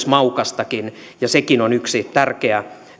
maukastakin ja sekin on yksi tärkeä